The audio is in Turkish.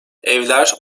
evler